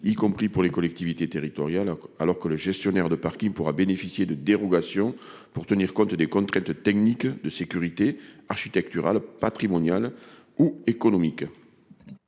y compris pour les collectivités territoriales, alors que le gestionnaire de parkings pourra bénéficier de dérogations pour tenir compte des contraintes techniques de sécurité architecturale, patrimoniale ou économique.